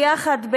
ביחד,